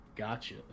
gotcha